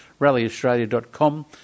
rallyaustralia.com